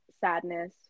sadness